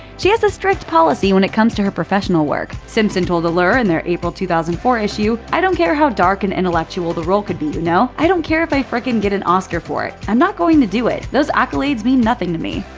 she has a strict policy when it comes to her professional work. simpson told allure in their april two thousand and four issue, i don't care how dark and intellectual the role could be, you know? i don't care if i frickin' get an oscar for it, i'm not going to do it. those accolades mean nothing to me.